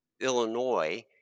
Illinois